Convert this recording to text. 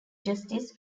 justice